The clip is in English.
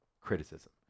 criticism